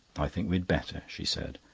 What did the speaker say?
i think we had better, she said,